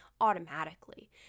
automatically